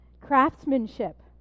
Craftsmanship